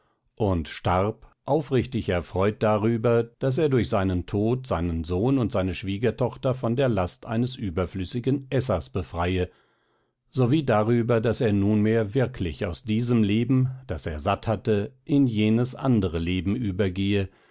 und starb aufrichtig erfreut darüber daß er durch seinen tod seinen sohn und seine schwiegertochter von der last eines überflüssigen essers befreie sowie darüber daß er nunmehr wirklich aus diesem leben das er satt hatte in jenes andere leben übergehe